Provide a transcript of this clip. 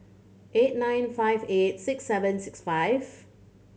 eight nine five eight six seven six five